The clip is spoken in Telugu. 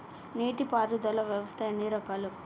నీటి పారుదల వ్యవస్థ ఎన్ని రకాలు?